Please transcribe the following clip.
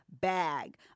bag